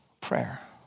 prayer